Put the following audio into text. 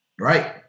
Right